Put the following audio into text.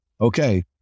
okay